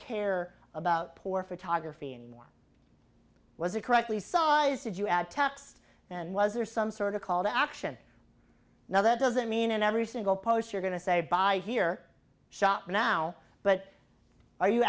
care about poor photography anymore was it correctly sized did you add tax and was there some sort of call to action now that doesn't mean in every single post you're going to say by here shop now but are you